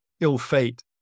ill-fate